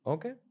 Okay